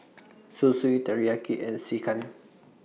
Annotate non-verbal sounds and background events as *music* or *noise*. *noise* Zosui Teriyaki and Sekihan